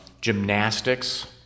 Gymnastics